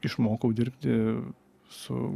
išmokau dirbti su